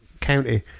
County